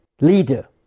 leader